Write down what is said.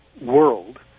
world